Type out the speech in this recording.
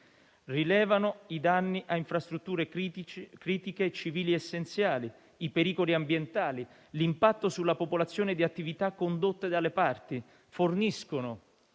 Rilevano i danni a infrastrutture critiche e civili essenziali, i pericoli ambientali e l'impatto sulla popolazione di attività condotte dalle parti. Forniscono,